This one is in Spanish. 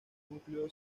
núcleo